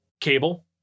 Cable